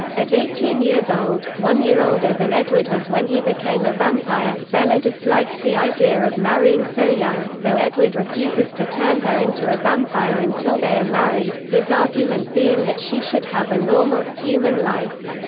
at eighteen years old, one year older than edward was when he became a vampire, bella dislikes the idea of marrying so young, though edward refuses to turn her into a vampire until they are married, his argument being that she should have a normal, human life.